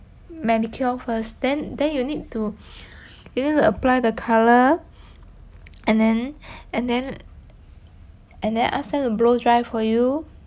manicure first then then you need to you need to apply the colour and then and then and then ask them to blow dry for you